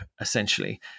essentially